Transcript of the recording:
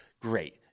Great